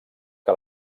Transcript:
que